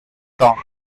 songs